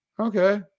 okay